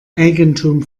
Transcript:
eigentum